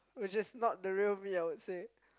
which is not the real me I would say